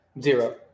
Zero